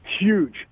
Huge